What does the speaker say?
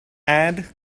add